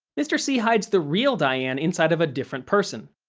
mr. c hides the real diane inside of a different person,